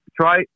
try